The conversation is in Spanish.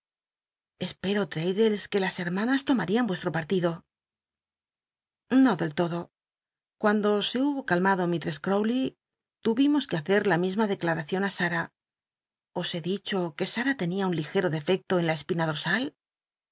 espero l'raddlcs clllc las hermanas lomarian mesho partido i'lo del lodo cuando se hubo calmado mistress cle tuvimos que hacer la misma declaracion l sara os he dicho que sara tenia un ligero defecto en la espina do